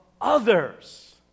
others